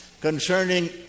concerning